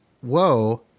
whoa